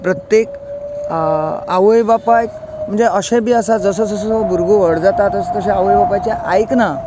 प्रत्येक आवय बापायक म्हणजें अशें बी आसा जसो जसो आसा भुरगो व्हड जाता तशें तशें आवय बापायचें आयकना